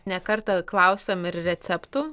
ne kartą klausėm ir receptų